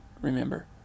remember